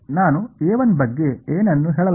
ನಾನು ಬಗ್ಗೆ ಏನನ್ನೂ ಹೇಳಲಾರೆ